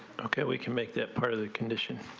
okay we can make that part of the condition